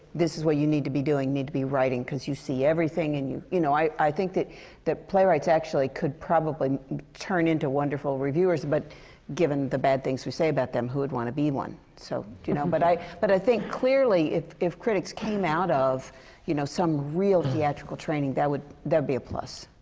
this is what you need to be doing. you need to be writing. cuz you see everything, and you you know, i i think that that playwrights actually could probably turn into wonderful reviewers. but given the bad things we say about them, who would want to be one? so, do you know? but i but i think clearly, if if critics came out of you know, some real theatrical training, that would that'd be a plus.